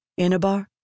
Inabar